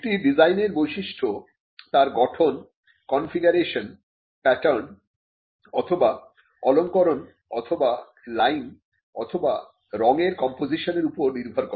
একটি ডিজাইনের বৈশিষ্ট্য তাঁর গঠন কনফিগারেশন প্যাটার্ন অথবা অলঙ্করণ অথবা লাইন অথবা রংয়ের কম্পোজিশনের উপর নির্ভর করে